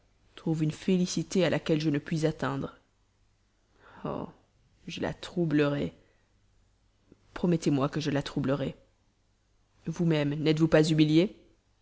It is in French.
trouve une félicité à laquelle je ne puis atteindre oh je la troublerai promettez-moi que je la troublerai vous-même n'êtes-vous pas humiliée